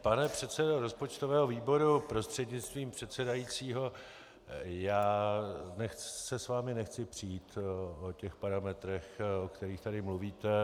Pane předsedo rozpočtového výboru prostřednictvím předsedajícího, já se s vámi nechci přít o těch parametrech, o kterých tady mluvíte.